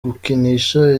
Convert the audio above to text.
gukinisha